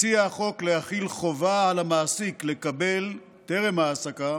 מציע החוק להחיל חובה על המעסיק לקבל טרם ההעסקה